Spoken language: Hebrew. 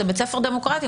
זה בית ספר דמוקרטי,